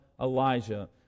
Elijah